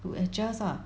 to adjust lah